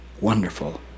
wonderful